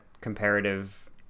comparative